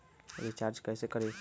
Recharge कैसे करीब?